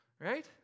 Right